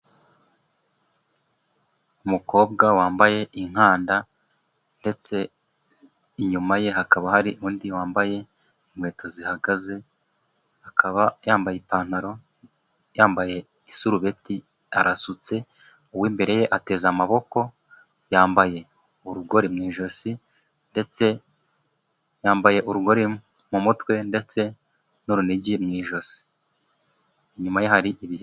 Umukobwa wambaye inkanda ndetse inyuma ye hakaba hari undi wambaye inkweto zihagaze, akaba yambaye ipantaro, yambaye isurubeti, arasutse uw'imbere ye ateze amaboko yambaye urugori mu ijosi ndetse yambaye urugori mu mutwe ndetse n'urunigi mu ijosi. Inyuma ye hari ibya...